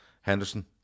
Henderson